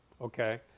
Okay